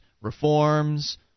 Reforms